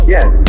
Yes